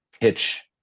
pitch